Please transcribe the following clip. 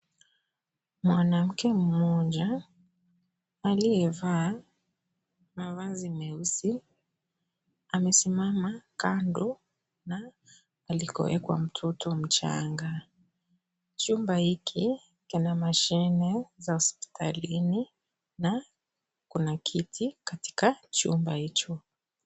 Mwanamke mmoja aliyevaa mavazi meusi amesimama kando na alikoekwa mtoto mchanga chumba hiki kina mashini za hospitalini na kuna kiti katika chumba hicho.